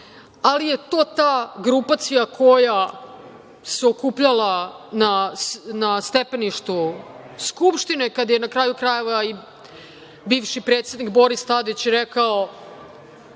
ali je to ta grupacija koja se okupljala na stepeništu Skupštine kada je, na kraju krajeva, i bivši predsednik Boris Tadić rekao: